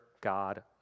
God